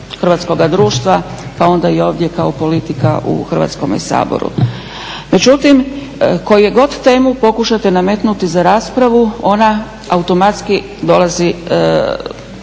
hrvatskoga društva pa onda i ovdje kao politika u Hrvatskome saboru. Međutim, koju god temu pokušate nametnuti za raspravu, ona automatski dolazi,